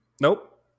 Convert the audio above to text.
Nope